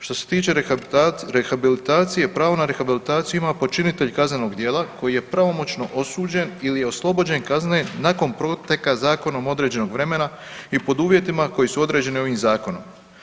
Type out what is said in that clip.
Što se tiče rehabilitacije, pravo na rehabilitaciju ima počinitelj kaznenog djela koji je pravomoćno osuđen ili je oslobođen kazne nakon protekla zakonom određenog vremena i pod uvjetima koji su određeni ovim zakonom.